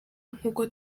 nk’uko